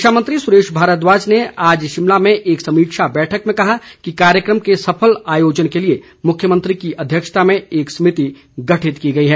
शिक्षामंत्री सुरेश भारद्वाज ने आज शिमला में एक समीक्षा बैठक में कहा कि कार्यक्रम के सफल आयोजन के लिए मुख्यमंत्री की अध्यक्षता में एक समिति गठित की गई है